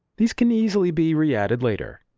these can easily be re-added later.